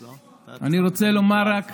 הרפורמי, אני רוצה לומר רק